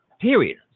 period